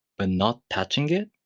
but not touching it,